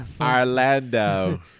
Orlando